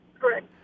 Correct